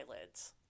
eyelids